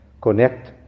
connect